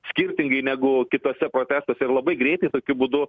skirtingai negu kituose protestuose ir labai greitai tokiu būdu